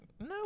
no